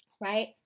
right